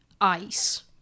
ice